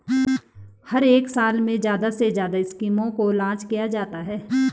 हर एक साल में ज्यादा से ज्यादा स्कीमों को लान्च किया जाता है